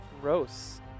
Gross